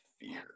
fear